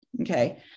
Okay